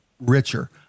richer